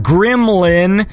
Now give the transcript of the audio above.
Gremlin